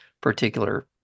particular